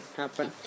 happen